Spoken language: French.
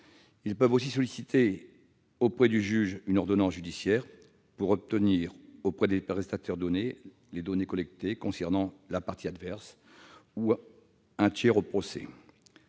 Ils peuvent aussi solliciter du juge une ordonnance judiciaire pour obtenir des prestataires les données collectées concernant la partie adverse ou un tiers au procès,